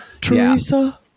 Teresa